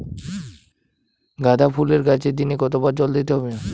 গাদা ফুলের গাছে দিনে কতবার জল দিতে হবে?